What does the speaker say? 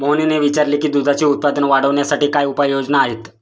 मोहनने विचारले की दुधाचे उत्पादन वाढवण्यासाठी काय उपाय योजना आहेत?